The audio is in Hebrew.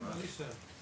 (היו"ר ישראל אייכלר)